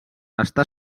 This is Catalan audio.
està